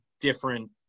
different